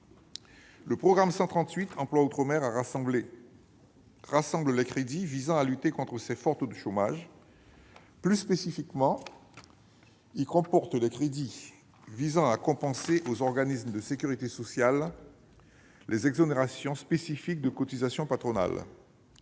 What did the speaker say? Le programme 138, « Emploi outre-mer », rassemble les crédits visant à lutter contre ces forts taux de chômage. Plus spécifiquement, il comporte les crédits visant à compenser aux organismes de sécurité sociale les exonérations spécifiques de cotisations patronales.